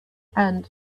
and